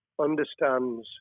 understands